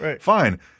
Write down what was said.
fine